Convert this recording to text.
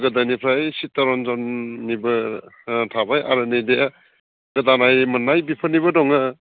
गोदोनिफ्राय चितरन्जननिबो थाबाय आरो नैबे गोदानै मोननाय बेफोरनिबो दङो